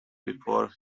before